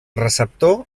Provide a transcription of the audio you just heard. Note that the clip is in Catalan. receptor